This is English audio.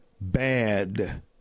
bad